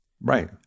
Right